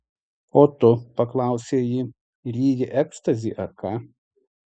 o tu paklausė ji ryji ekstazį ar ką